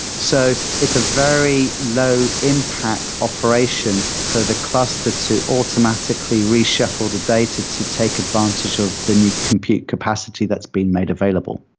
so it's a very low impact operation for the cluster to automatically reshuffle the data to take advantage of the new compute capacity that's been made available.